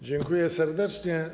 Dziękuję serdecznie.